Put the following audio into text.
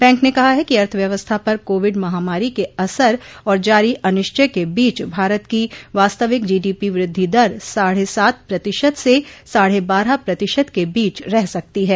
bank ने कहा है कि अर्थव्यवस्था पर कोविड महामारी के असर और जारी अनिश्चय क बीच भारत की वास्तविक जीडीपी वृद्धि दर साढ़े सात प्रतिशत से साढ़े बारह प्रतिशत के बीच रह सकती है